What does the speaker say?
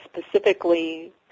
specifically